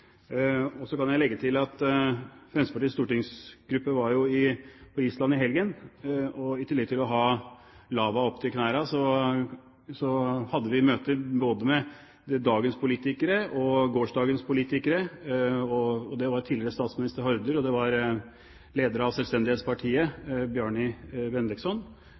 Så kan jeg jo legge til at Fremskrittspartiets stortingsgruppe var på Island i helgen. I tillegg til å ha lava opp til knærne hadde vi møter både med dagens politikere og gårsdagens politikere. Det var tidligere statsminister Haarde, det var leder av selvstendighetspartiet